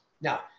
Now